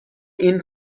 این